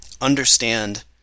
understand